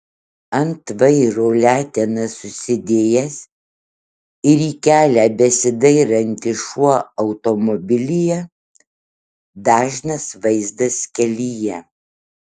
ant vairo letenas susidėjęs ir į kelią besidairantis šuo automobilyje dažnas vaizdas kelyje